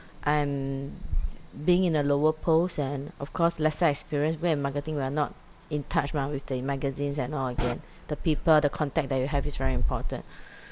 I'm being in a lower post and of course lesser experience because in marketing we are not in touch mah with the magazines and all again the people the contact that you have is very important